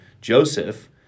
Joseph